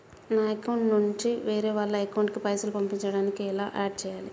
నా అకౌంట్ నుంచి వేరే వాళ్ల అకౌంట్ కి పైసలు పంపించడానికి ఎలా ఆడ్ చేయాలి?